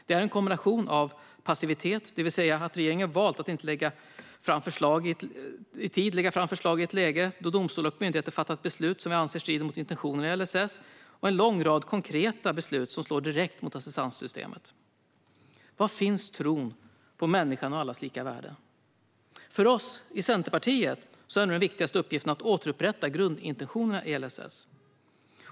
Det är en kombination av passivitet, det vill säga att regeringen valt att inte i tid lägga fram förslag i ett läge då domstolar och myndigheter fattat beslut som vi anser strider mot intentionerna i LSS, och en lång rad konkreta beslut som slår direkt mot assistanssystemet. Var finns tron på människan och allas lika värde? För oss i Centerpartiet är den viktigaste uppgiften att återupprätta grundintentionerna i LSS.